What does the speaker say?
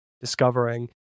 discovering